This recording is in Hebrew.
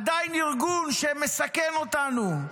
עדיין ארגון שמסכן אותנו,